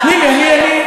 תני לי.